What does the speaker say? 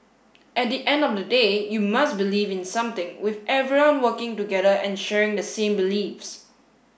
at the end of the day you must believe in something with everyone working together and sharing the same beliefs